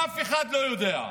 ואף אחד לא יודע,